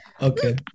okay